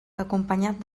acompanyat